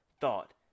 thought